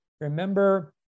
Remember